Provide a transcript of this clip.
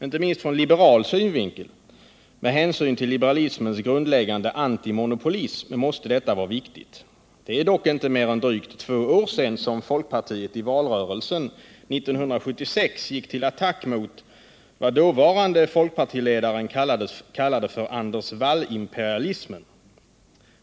Inte minst ur liberal synvinkel med hänsyn till liberalismens grundläggande antimonopolism måste detta vara viktigt. Det är dock inte mer än drygt två år sedan folkpartiet i valrörelsen 1976 gick till attack mot vad dåvarande folkpartiledaren kallade för Anders Wall-imperialismen.